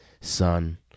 son